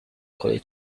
collie